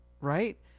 right